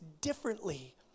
differently